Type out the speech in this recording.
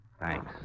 Thanks